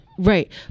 Right